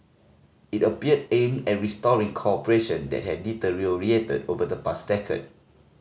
it appeared aimed at restoring cooperation that had deteriorated over the past decade